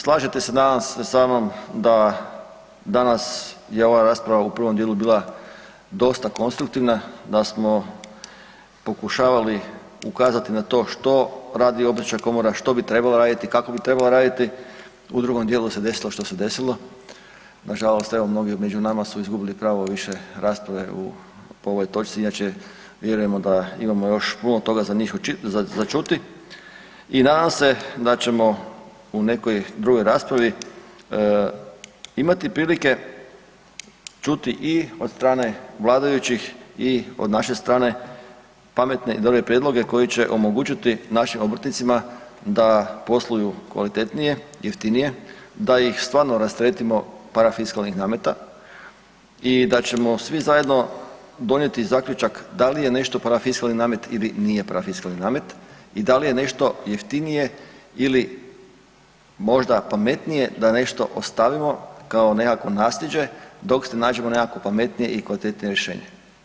Slažete se nadam se sa mnom da danas je ova rasprava u prvom djelu bila dosta konstruktivna, da smo pokušavali ukazati na to što radi obrtnička komora, što bi trebala raditi i kako bi trebala raditi, u drugom djelu se desilo što se desilo, nažalost, evo mnogu među nama su izgubili pravo više rasprave po ovoj točci, inače vjerujemo da imamo još puno toga za njih za čuti, i nadam se da ćemo u nekoj drugoj raspravi imati prilike čuti i od strane vladajućih i od naše strane pametne i dobre prijedloge koji će omogućiti našim obrtnicima da posluju kvalitetnije, jeftinije, da ih stvarno rasteretimo parafiskalnih nameta i da ćemo svi zajedno donijeti zaključak da li je nešto parafiskalni namet ili nije parafiskalni namet i da li je nešto jeftinije ili možda pametnije, da nešto ostavimo nekakvo nasljeđe dok ne nađemo nekakvo pametnije i kvalitetnije rješenje.